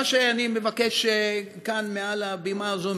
מה שאני מבקש כאן מעל הבימה הזאת,